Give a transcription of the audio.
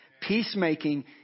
Peacemaking